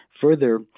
further –